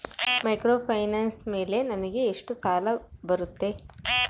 Microfinance ಮೇಲೆ ನನಗೆ ಎಷ್ಟು ಸಾಲ ಬರುತ್ತೆ?